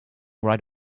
right